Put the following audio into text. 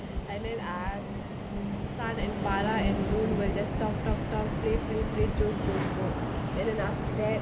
and then ah sun and farah and moon will just talk talk talk play play play joke joke joke and then after that